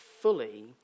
fully